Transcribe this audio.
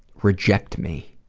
reject me,